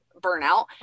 Burnout